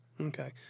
Okay